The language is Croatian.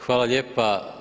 Hvala lijepa.